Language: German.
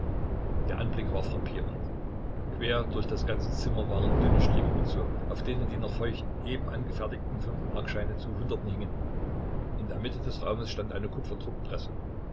der anblick war frappierend quer durch das ganze zimmer waren dünne stricke gezogen auf denen die noch feuchten eben angefertigten fünfmarkscheine zu hunderten hingen in der mitte des raumes stand eine